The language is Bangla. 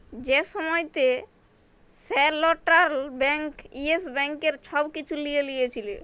যে সময়তে সেলট্রাল ব্যাংক ইয়েস ব্যাংকের ছব কিছু লিঁয়ে লিয়েছিল